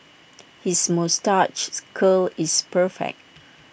his moustache's curl is perfect